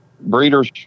breeders